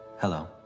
hello